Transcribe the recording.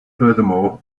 furthermore